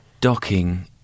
Docking